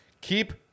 keep